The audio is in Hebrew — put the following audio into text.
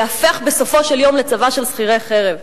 ייהפך בסופו של יום לצבא של שכירי חרב.